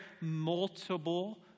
Multiple